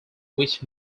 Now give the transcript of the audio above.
which